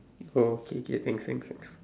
oh okay K thanks thanks